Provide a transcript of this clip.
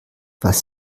was